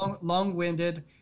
long-winded